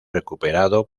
recuperado